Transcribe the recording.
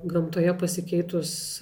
gamtoje pasikeitus